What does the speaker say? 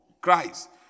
Christ